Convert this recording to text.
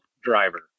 Driver